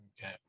Okay